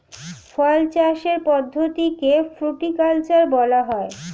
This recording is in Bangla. ফল চাষের পদ্ধতিকে ফ্রুটিকালচার বলা হয়